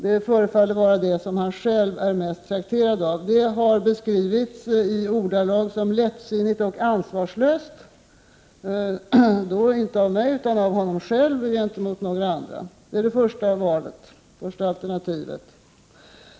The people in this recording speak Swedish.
Det förefaller att vara det som han själv är mest trakterad av. Det har beskrivits i ordalag som lättsinnigt och ansvarslöst — inte av mig utan av honom själv gentemot några andra. Det är det första alternativet.